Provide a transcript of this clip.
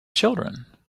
children